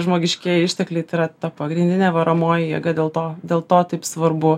žmogiškieji ištekliai tai yra ta pagrindinė varomoji jėga dėl to dėl to taip svarbu